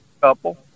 couple